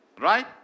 Right